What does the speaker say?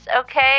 okay